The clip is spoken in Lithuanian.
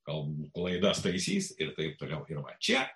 kalbų klaidas taisys ir taip toliau ir čia